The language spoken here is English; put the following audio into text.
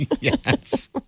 Yes